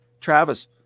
Travis